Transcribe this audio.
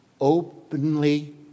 openly